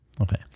Okay